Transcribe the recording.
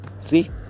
See